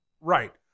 right